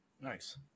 Nice